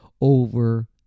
Over